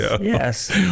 yes